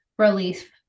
relief